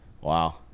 Wow